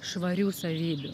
švarių savybių